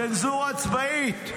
צנזורה צבאית.